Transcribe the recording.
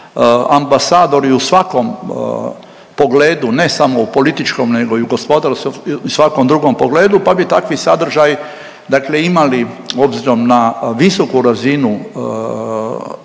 ambasadori u svakom pogledu, ne samo političkom, nego i u gospodarskom i svakom drugom pogledu, pa bi takvi sadržaji dakle imali, obzirom na visoku razinu